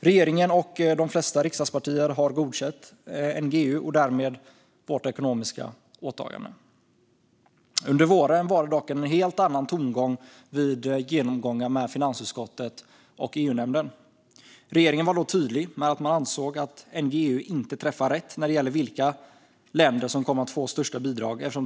Regeringen och de flesta riksdagspartier har godkänt NGEU och därmed vårt ekonomiska åtagande. Under våren var det dock helt andra tongångar vid genomgångar med finansutskottet och EU-nämnden. Regeringen var då tydlig med att man ansåg att NGEU inte träffar rätt när det gäller vilka länder som kommer att få störst bidrag.